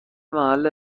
محل